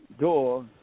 door